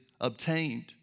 obtained